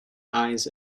eyes